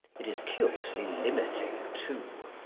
it is curiously limiting, too.